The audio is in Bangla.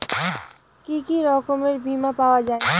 কি কি রকমের বিমা পাওয়া য়ায়?